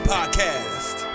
Podcast